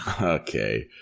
Okay